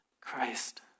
Christ